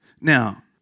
Now